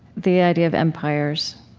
the idea of empires.